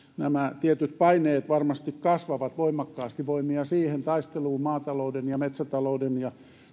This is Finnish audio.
nämä tietyt paineet varmasti kasvavat voimakkaasti voimia siihen taisteluun maatalouden ja metsätalouden ja